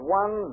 one